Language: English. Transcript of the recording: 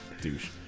Douche